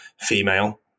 female